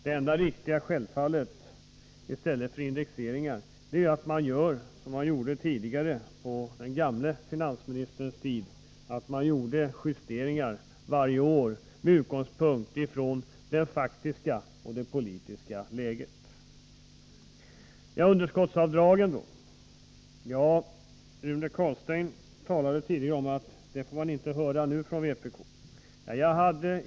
Det enda riktiga är självfallet att i stället för indexering göra som på den gamle finansministerns tid, dvs. vidta justeringar varje år med utgångspunkt i det faktiska och det politiska läget. När det gäller underskottsavdragen sade Rune Carlstein tidigare att man nu inte hör någonting om dem från vpk:s sida.